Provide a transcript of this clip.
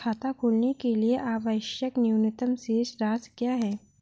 खाता खोलने के लिए आवश्यक न्यूनतम शेष राशि क्या है?